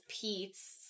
Pete's